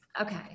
Okay